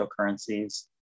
cryptocurrencies